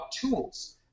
tools